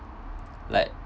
like